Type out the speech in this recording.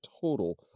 total